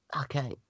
Okay